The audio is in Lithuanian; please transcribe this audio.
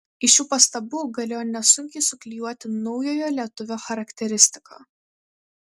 iš šių pastabų galėjo nesunkiai suklijuoti naujojo lietuvio charakteristiką